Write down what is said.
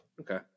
Okay